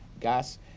gas